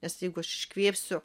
nes jeigu aš iškvėpsiu